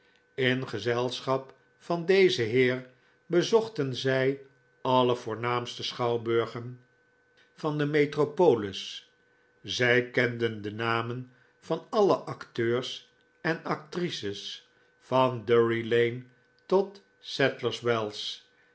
in gezelschap van dezen heer bezochten zij alle voornaamste schouwburgen van de metropolis zij kenden de namen van alle acteurs en actrices van drury lane tot sadler's wells